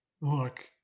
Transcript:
Look